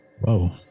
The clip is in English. Whoa